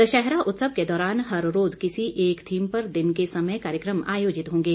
दशहरा उत्सव के दौरान हर रोज किसी एक थीम पर दिन के समय कार्यक्रम आयोजित होंगे